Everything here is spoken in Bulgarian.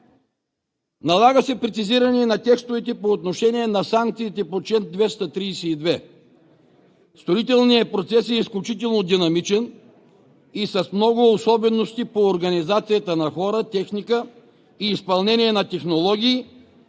Налага се прецизиране и на текстовете по отношение на санкциите по чл. 232. Строителният процес е изключително динамичен и с много особености по организацията на хора, техника и изпълнение на технологии,